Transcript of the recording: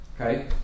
Okay